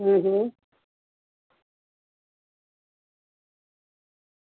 હમ હમ